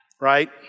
right